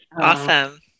Awesome